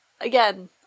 Again